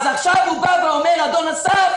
אז עכשיו אדון אסף בא ואומר: תראה,